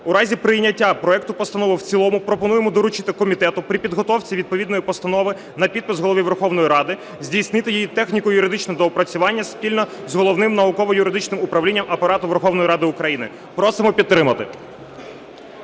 У разі прийняття проекту постанови в цілому пропонуємо доручити комітету при підготовці відповідної постанови на підпис Голові Верховної Ради здійснити її техніко-юридичне доопрацювання, спільно з Головним науково-юридичним управлінням Апарату Верховної Ради України. Просимо підтримати.